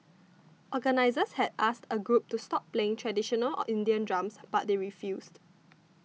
organisers had asked a group to stop playing traditional Indian drums but they refused